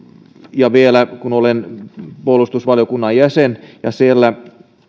ja vielä kun olen puolustusvaliokunnan jäsen ja siellä